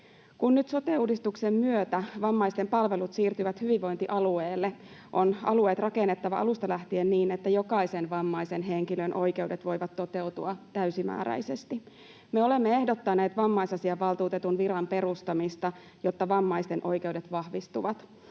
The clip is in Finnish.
sote-uudistuksen myötä vammaisten palvelut siirtyvät hyvinvointialueelle, on alueet rakennettava alusta lähtien niin, että jokaisen vammaisen henkilön oikeudet voivat toteutua täysimääräisesti. Me olemme ehdottaneet vammaisasiavaltuutetun viran perustamista, jotta vammaisten oikeudet vahvistuvat.